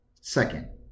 Second